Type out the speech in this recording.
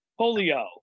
polio